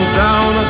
down